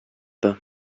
pas